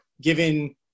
given